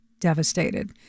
devastated